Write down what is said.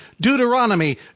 Deuteronomy